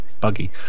Buggy